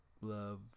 Love